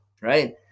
right